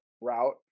route